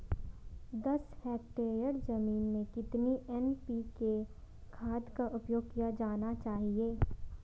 दस हेक्टेयर जमीन में कितनी एन.पी.के खाद का उपयोग किया जाना चाहिए?